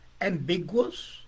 ambiguous